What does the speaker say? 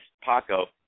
Paco